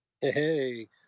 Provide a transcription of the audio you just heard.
Hey